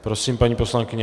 Prosím, paní poslankyně.